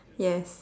yes